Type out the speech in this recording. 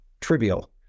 trivial